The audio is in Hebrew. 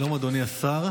שלום, אדוני השר.